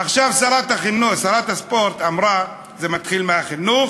עכשיו, שרת הספורט אמרה: זה מתחיל מהחינוך,